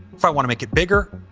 if i wanna make it bigger,